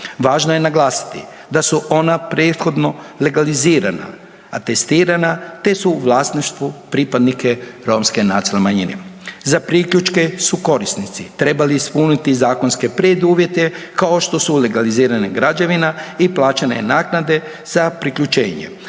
Važno je naglasiti da su ona prethodno legalizirana, atestirana, te su u vlasništvu pripadnika Romske nacionalne manjine. Za priključke su korisnici trebali ispuniti zakonske preduvjete kao što su legalizirane građevina i plaćanje naknade za priključenje,